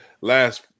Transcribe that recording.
last